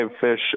fish